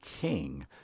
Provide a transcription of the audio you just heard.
King